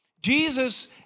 Jesus